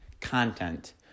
content